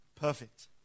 perfect